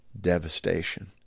devastation